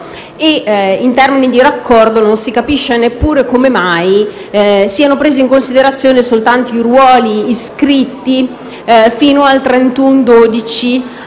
In termini di raccordo, non si capisce neppure come mai siano presi in considerazione soltanto i ruoli iscritti fino al 31